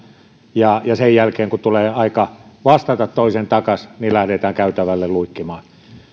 ja sen jälkeen kun tulee aika vastata takaisin lähdetään käytävälle luikkimaan